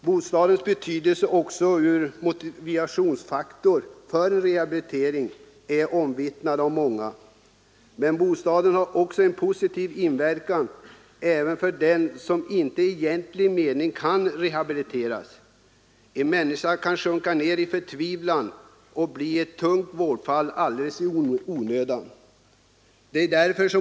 Bostadens betydelse också som motivationsfaktor för rehabilitering är omvittnad av många, men bostaden har en positiv inverkan även för den som inte i egentlig mening kan rehabiliteras. En människa kan sjunka ner i förtvivlan och bli ett tungt vårdfall alldeles i onödan.